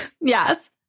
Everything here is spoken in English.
Yes